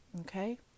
Okay